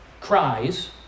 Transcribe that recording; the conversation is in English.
cries